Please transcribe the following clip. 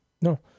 No